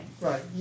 Right